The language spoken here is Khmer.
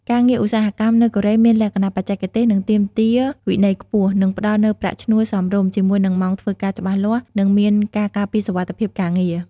ការងារឧស្សាហកម្មនៅកូរ៉េមានលក្ខណៈបច្ចេកទេស និងទាមទារវិន័យខ្ពស់ និងផ្ដល់នូវប្រាក់ឈ្នួលសមរម្យ ជាមួយនឹងម៉ោងធ្វើការច្បាស់លាស់ និងមានការការពារសុវត្ថិភាពការងារ ។